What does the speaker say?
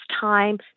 time